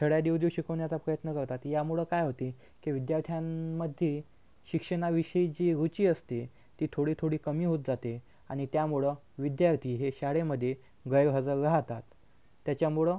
छड्या देऊ देऊ शिकवण्याचा प्रयत्न करतात यामुळं काय होते की विद्यार्थ्यांमध्ये शिक्षणाविषयी जी रुची असते ती थोडी थोडी कमी होत जाते आणि त्यामुळं विद्यार्थी हे शाळेमध्ये गैरहजर राहतात त्याच्यामुळं